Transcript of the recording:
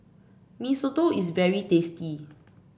Mee Soto is very tasty